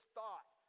thought